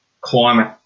climate